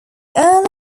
early